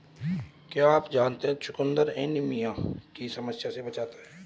क्या आप जानते है चुकंदर एनीमिया की समस्या से बचाता है?